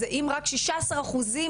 אם רק 16 אחוזים,